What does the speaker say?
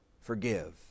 forgive